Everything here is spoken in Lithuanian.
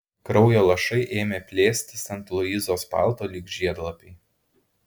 kraujo lašai ėmė plėstis ant luizos palto lyg žiedlapiai